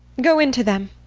go in to them,